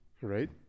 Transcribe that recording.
right